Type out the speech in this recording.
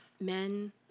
men